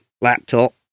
laptop